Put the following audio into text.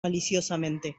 maliciosamente